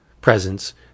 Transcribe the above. presence